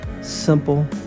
Simple